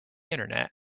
internet